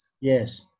yes